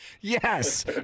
Yes